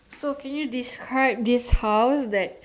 so can you describe this house that